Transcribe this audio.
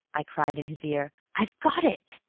i cried in his ear. i've got it!